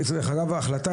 לבסיס